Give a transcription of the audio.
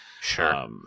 Sure